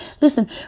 listen